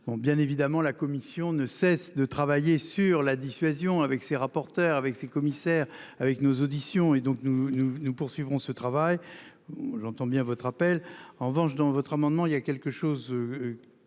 bien évidemment la commission ne cesse de travailler sur la dissuasion avec ses rapporteurs avec ses commissaires avec nos auditions et donc nous nous nous poursuivrons ce travail. J'entends bien votre appel en revanche dans votre amendement il y a quelque chose.